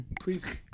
please